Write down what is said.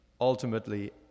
ultimately